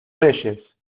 reyes